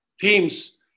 teams